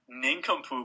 nincompoop